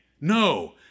No